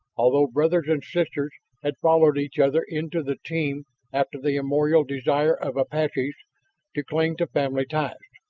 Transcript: although brothers and sisters had followed each other into the team after the immemorial desire of apaches to cling to family ties,